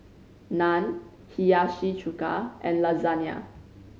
Naan Hiyashi Chuka and Lasagna